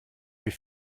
wie